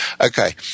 Okay